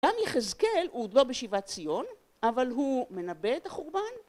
גם יחזקאל הוא לא משיבת ציון, אבל הוא מנבא את החורבן